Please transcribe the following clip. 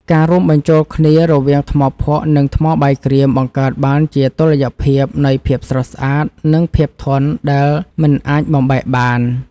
ការរួមបញ្ចូលគ្នារវាងថ្មភក់ និង ថ្មបាយក្រៀមបង្កើតបានជាតុល្យភាពនៃភាពស្រស់ស្អាត និង ភាពធន់ដែលមិនអាចបំបែកបាន។